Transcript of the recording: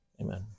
Amen